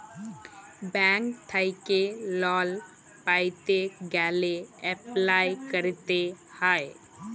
bank থ্যাইকে লল পাইতে গ্যালে এপ্লায় ক্যরতে হ্যয়